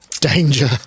danger